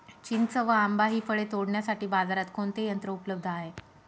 चिंच व आंबा हि फळे तोडण्यासाठी बाजारात कोणते यंत्र उपलब्ध आहे?